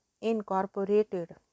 incorporated